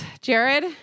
Jared